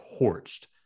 torched